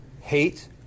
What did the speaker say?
hate